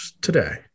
today